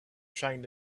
trying